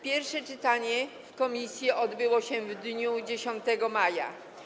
Pierwsze czytanie w komisji odbyło się w dniu 10 maja.